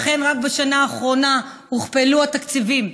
ואכן, רק בשנה האחרונה הוכפלו התקציבים